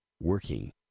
working